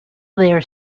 their